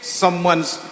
someone's